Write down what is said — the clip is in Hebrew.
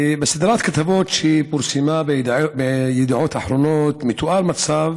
בסדרת כתבות שפורסמה בידיעות אחרונות מתואר מצב